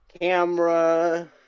camera